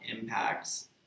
impacts